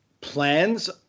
plans